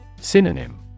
Synonym